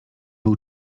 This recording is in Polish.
był